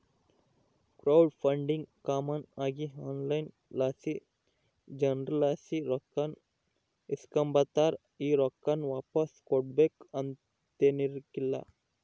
crowd funding common ಆಗಿ online ಲಾಸಿ ಜನುರ್ಲಾಸಿ ರೊಕ್ಕಾನ ಇಸ್ಕಂಬತಾರ, ಈ ರೊಕ್ಕಾನ ವಾಪಾಸ್ ಕೊಡ್ಬಕು ಅಂತೇನಿರಕ್ಲಲ್ಲ